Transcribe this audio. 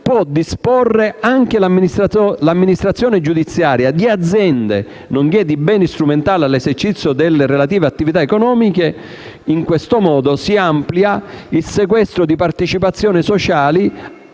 può disporre anche l'amministrazione giudiziaria di aziende, nonché di beni strumentali all'esercizio delle relative attività economiche. In questo modo il sequestro di partecipazioni sociali